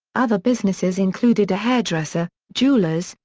other businesses included a hairdresser, jewellers,